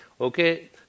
Okay